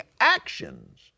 actions